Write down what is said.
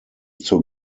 zur